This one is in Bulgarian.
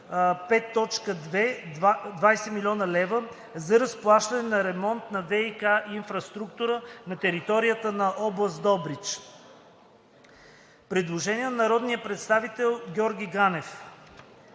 000,0 хил. лв. за разплащане на ремонт на ВиК инфраструктурата на територията на област Добрич.“ Предложение на народния представител Георги Ганев.